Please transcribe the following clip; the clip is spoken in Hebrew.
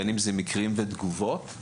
מקרים ותגובות,